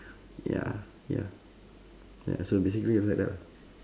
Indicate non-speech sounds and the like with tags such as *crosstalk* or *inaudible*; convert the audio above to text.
*breath* ya ya ya so basically it's just like that lah